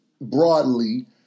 broadly